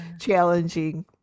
challenging